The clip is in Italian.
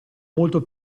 molto